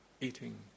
eating